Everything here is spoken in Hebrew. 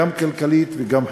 גם כלכלית וגם חברתית.